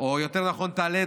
או יותר נכון תעלה,